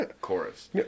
chorus